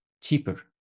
cheaper